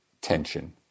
tension